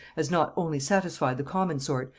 as not only satisfied the common sort,